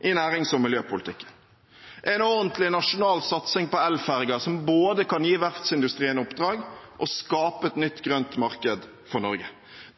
i nærings- og miljøpolitikken: en ordentlig nasjonal satsing på elferger, som både kan gi verftsindustrien oppdrag og skape et nytt grønt marked for Norge,